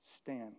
stand